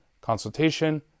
consultation